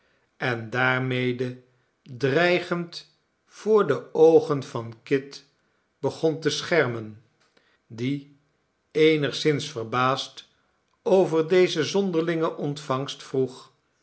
en daarmede dreigend voor de oogen van kit begon te schermen die eenigszins verbaasd over deze zonderlinge ontvangst vroeg